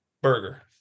burger